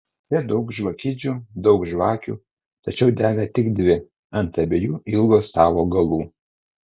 čia daug žvakidžių daug žvakių tačiau dega tik dvi ant abiejų ilgo stalo galų